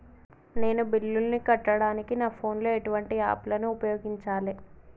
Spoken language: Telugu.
నేను బిల్లులను కట్టడానికి నా ఫోన్ లో ఎటువంటి యాప్ లను ఉపయోగించాలే?